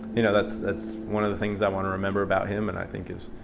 you know, that's that's one of the things i want to remember about him and, i think,